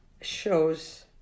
shows